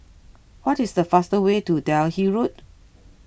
what is the fastest way to Delhi Road